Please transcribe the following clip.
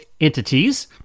entities